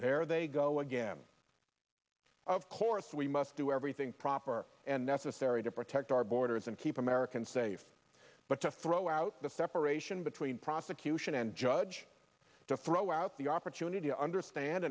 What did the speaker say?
there they go again of course we must do everything proper and necessary to protect our borders and keep americans safe but to throw out the separation between prosecution and judge to throw out the opportunity to understand